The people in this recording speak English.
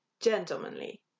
gentlemanly